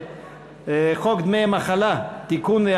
הצעת חוק דמי מחלה (תיקון,